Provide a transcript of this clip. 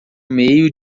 meio